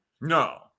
No